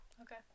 Okay